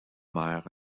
mère